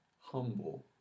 humble